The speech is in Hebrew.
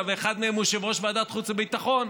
ואחד מהם הוא יושב-ראש ועדת חוץ וביטחון,